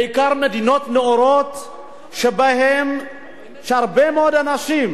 בעיקר מדינות נאורות, שבהן הרבה מאוד אנשים